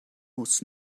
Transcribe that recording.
muss